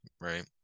Right